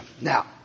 Now